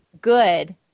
good